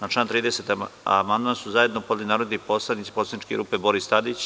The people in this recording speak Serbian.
Na član 30. amandman su zajedno podneli narodni poslanici poslaničke grupe Boris Tadić.